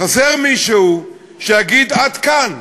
חסר מישהו שיגיד: עד כאן,